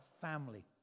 family